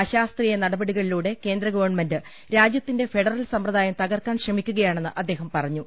അശാസ്ത്രീ യ നടപടികളിലൂടെ കേന്ദ്രഗവൺമെന്റ് രാജ്യത്തിന്റെ ഫെഡറൽ സമ്പ്ര ദായം തകർക്കാൻ ശ്രമിക്കുകയാണെന്ന് അദ്ദേഹം പറഞ്ഞു